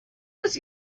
was